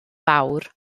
fawr